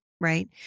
right